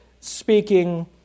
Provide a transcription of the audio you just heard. speaking